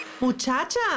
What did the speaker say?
Muchacha